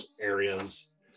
areas